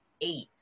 eight